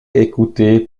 écoutaient